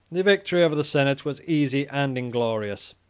the victory over the senate was easy and inglorious.